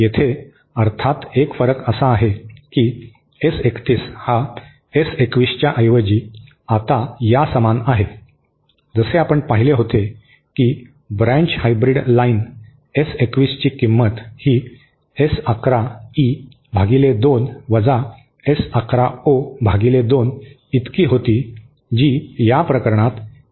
येथे अर्थात एक फरक असा आहे की एस 31 हा एस 21 च्या ऐवजी आता यासमान आहे जसे आपण पाहिले होते की ब्रँच हायब्रीड लाईन एस 21 ची किंमत ही एस 11 ई भागिले 2 वजा एस 11 ओ भागिले 2 इतकी होती जी या प्रकरणात एस 31 आहे